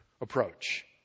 approach